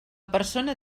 persona